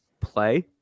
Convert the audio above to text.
play